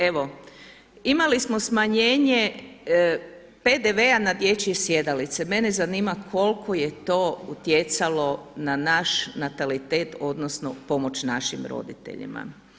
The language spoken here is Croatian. Evo imali smo smanjenje PDV-a na dječje sjedalice, mene zanima koliko je to utjecalo na naš natalitet odnosno pomoć našim roditeljima?